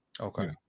okay